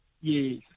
Yes